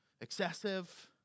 Excessive